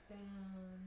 down